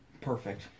perfect